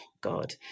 God